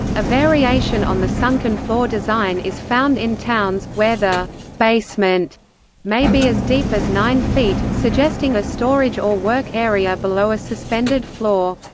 a variation on the sunken floor design is found in towns, where the basement may be as deep as nine feet, suggesting a storage or work area below a suspended floor.